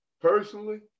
Personally